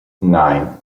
nine